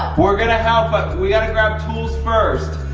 we're going to help, but we gotta grab tools first.